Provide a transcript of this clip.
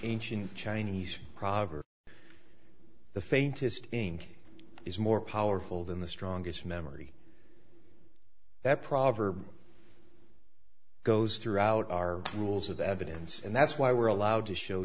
ancient chinese proverb the faintest ink is more powerful than the strongest memory that proverb goes through out our rules of evidence and that's why we're allowed to show